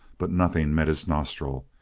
but nothing met his nostril,